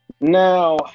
Now